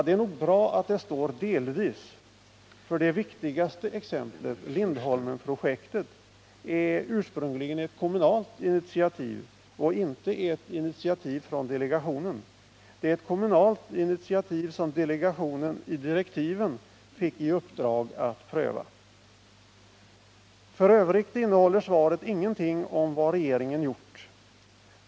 Det är nog bra att det står delvis, för det viktigaste exemplet, Lindholmenprojektet, är ett ursprungligen kommunalt initiativ och inte ett initiativ från delegationen. Det är ett kommunalt initiativ, som delegationen i direktiven fick i uppdrag att pröva. F. ö. innehåller svaret ingenting om vad regeringen gjort.